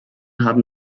haben